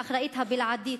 והאחראית הבלעדית,